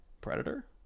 Predator